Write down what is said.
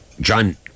John